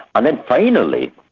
and then finally,